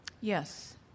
Yes